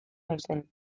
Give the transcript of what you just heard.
naizen